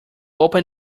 open